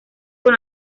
con